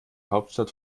hauptstadt